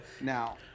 now